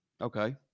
okay